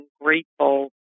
grateful